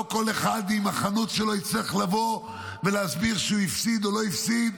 לא כל אחד עם החנות שלו יצטרך לבוא ולהסביר שהוא הפסיד או לא הפסיד,